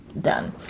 Done